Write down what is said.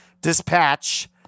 Dispatch